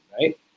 right